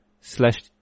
slash